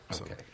Okay